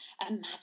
imagine